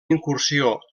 incursió